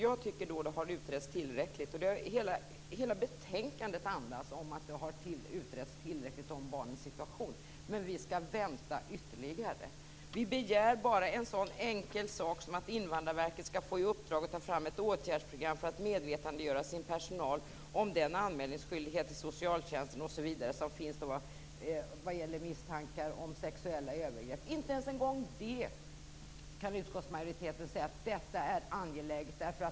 Jag tycker att det har utretts tillräckligt! Hela betänkandet andas att barnens situation har utretts tillräckligt. Men vi skall alltså vänta ytterligare! Vi begär bara en sådan enkel sak som att Invandrarverket skall få i uppdrag att ta fram ett åtgärdsprogram för att medvetandegöra sin personal om den anmälningsskyldighet till socialtjänsten osv. som finns vad gäller misstankar om sexuella övergrepp. Inte ens det kan utskottsmajoriteten säga är angeläget!